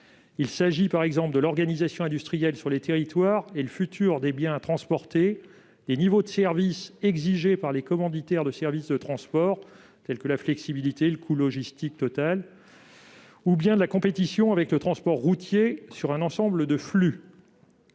Il s'agit par exemple de l'organisation industrielle dans les territoires ou du type de biens à transporter, des niveaux de services exigés par les commanditaires de service de transport- flexibilité, coût logistique total -ou bien de la compétition avec le transport routier sur un ensemble de flux.